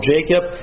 Jacob